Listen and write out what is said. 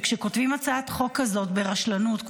וכשכותבים הצעת חוק כזאת ברשלנות,